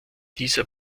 dieser